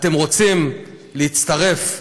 אתם רוצים להצטרף למחבלים,